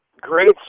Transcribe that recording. great